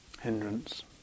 hindrance